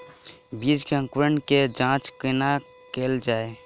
बीज केँ अंकुरण केँ जाँच कोना केल जाइ?